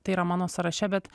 tai yra mano sąraše bet